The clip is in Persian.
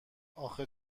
اخه